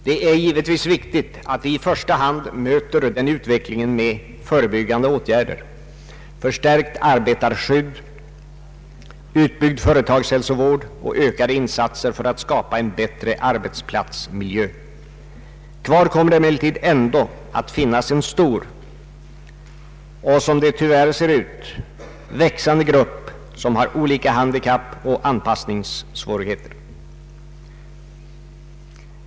Det är givetvis viktigt att vi i första hand möter den utvecklingen med förebyggande åtgärder — förstärkt arbetarskydd, utbyggd företagshälsovård och ökade insatser för att skapa en bättre arbetsplatsmiljö. Kvar kommer emellertid än då att finnas en stor och — som det tyvärr ser ut — växande grupp, som har olika handikapp och anpassningssvårigheter.